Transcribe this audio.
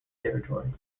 territory